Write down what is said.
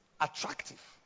attractive